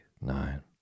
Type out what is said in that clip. nine